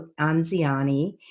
Anziani